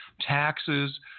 taxes